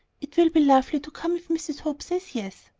it will be lovely to come if mrs. hope says yes.